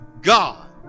God